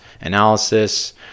analysis